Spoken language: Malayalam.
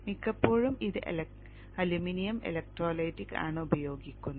മിക്കപ്പോഴും ഇത് അലുമിനിയം ഇലക്ട്രോലൈറ്റിക് ആണ് ഉപയോഗിക്കുന്നത്